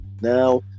now